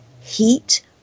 heat